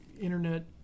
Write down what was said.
internet